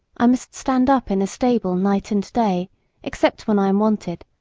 i must stand up in a stable night and day except when i am wanted,